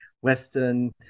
Western